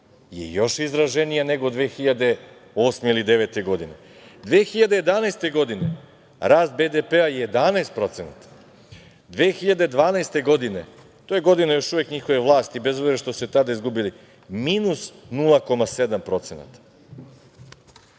je još izraženija nego 2008. ili 2009. godine. Godine 2011. rast BDP-a je 11%, 2012. godine, to je godina još njihove vlasti bez obzira što se tada izbili, minus 0,7%.